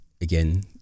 again